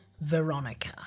Veronica